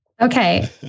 Okay